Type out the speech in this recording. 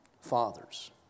fathers